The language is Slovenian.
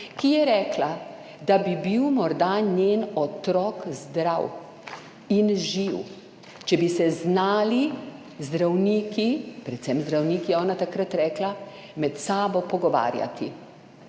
ki je rekla, da bi bil morda njen otrok zdrav in živ, če bi se znali zdravniki, predvsem zdravniki je ona takrat rekla med sabo pogovarjati.